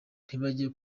ntibajye